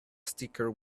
sticker